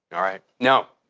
alright! no,